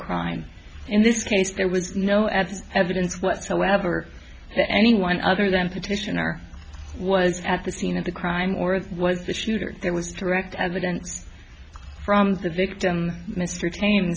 crime in this case there was no as evidence whatsoever that anyone other than the petitioner was at the scene of the crime or of was the shooter there was direct evidence from the victim mr jame